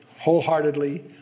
wholeheartedly